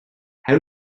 how